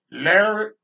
Larry